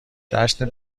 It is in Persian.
جشن